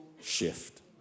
shift